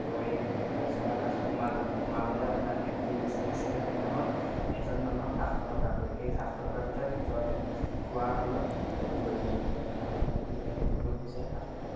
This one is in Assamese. গৈ কাজিৰঙা তাত সোমালোঁ সোমাবলৈ আপোনাৰ এণ্ট্ৰি ফিজ লৈছিলে সেইদিনাখন এজন মানুহক সাতশ টকাকৈ সেই সাতশ টকাটোতে ভিতৰতে খোৱা বোৱা সকলো হৈ যায় য'ত খাবলৈ কৰিবলৈ সকলো হৈ যায় সাতশ টকাত